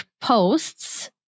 posts